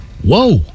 Whoa